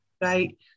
Right